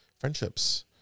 friendships